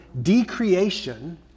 decreation